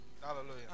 hallelujah